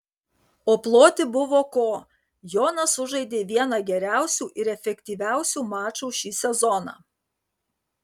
o ploti buvo ko jonas sužaidė vieną geriausių ir efektyviausių mačų šį sezoną